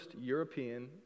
European